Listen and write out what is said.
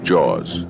Jaws